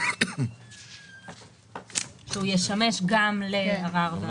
הוא ישמש גם לערר.